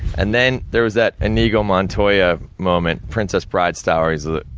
and then, there was that inigo montoya moment, princess bride style, where he's ah